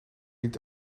niet